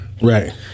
Right